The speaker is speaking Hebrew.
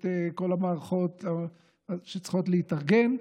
את כל המערכות שצריכות להתארגן,